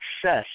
success